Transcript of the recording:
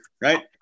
right